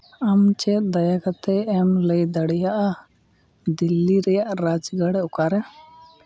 ᱟᱢ ᱪᱮᱫ ᱫᱟᱭᱟ ᱠᱟᱛᱮᱫ ᱮᱢ ᱞᱟᱹᱭ ᱫᱟᱲᱮᱭᱟᱜᱼᱟ ᱫᱤᱞᱞᱤ ᱨᱮᱭᱟᱜ ᱨᱟᱡᱽᱜᱟᱲ ᱚᱠᱟᱨᱮ